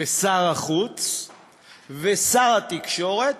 ושר החוץ ושר התקשורת,